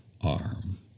arm